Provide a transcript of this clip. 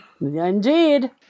Indeed